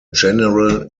general